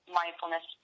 mindfulness